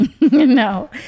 No